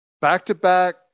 back-to-back